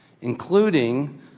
including